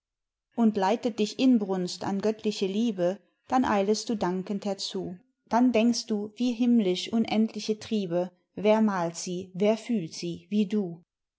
und leitet dich inbrunst an göttliche liebe dann eilest du dankend herzu dann denkst du wie himmlisch unendliche triebe wer malt sie wer fühlt sie wie du